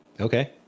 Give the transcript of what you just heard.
Okay